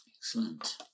excellent